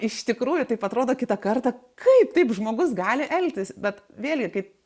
iš tikrųjų taip atrodo kitą kartą kaip taip žmogus gali elgtis bet vėlgi kai